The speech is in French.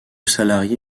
salarié